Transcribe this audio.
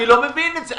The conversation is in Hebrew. אני לא מבין את זה.